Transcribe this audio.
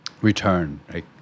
return